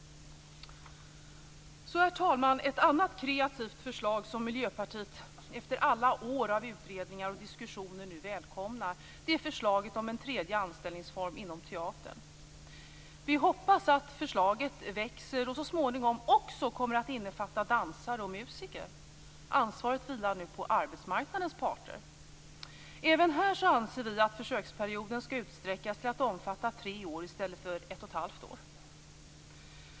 Herr talman! Ett annat kreativt förslag som Miljöpartiet efter alla år av utredningar och diskussioner nu välkomnar är förslaget om en tredje anställningsform inom teatern. Vi hoppas att förslaget så småningom kommer att utökas till att även innefatta dansare och musiker. Ansvaret vilar nu på arbetsmarknadens parter. Även här anser vi att försöksperioden skall utsträckas till att omfatta tre år i stället för ett och ett halvt år.